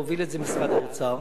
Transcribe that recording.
הוביל את זה משרד האוצר,